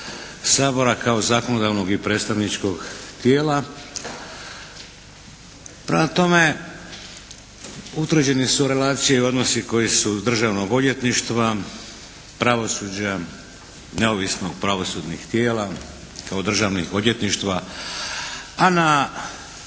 sabora kao zakonodavnog i predstavničkog tijela. Prema tome, utvrđeni su relacije i odnosi koji su s Državnog odvjetništva, pravosuđa, neovisnih pravosudnih tijela kao Državnih odvjetništva. A na